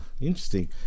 interesting